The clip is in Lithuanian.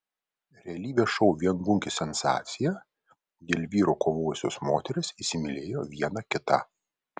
realybės šou viengungis sensacija dėl vyro kovojusios moterys įsimylėjo viena kitą